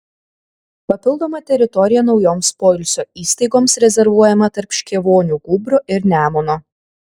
papildoma teritorija naujoms poilsio įstaigoms rezervuojama tarp škėvonių gūbrio ir nemuno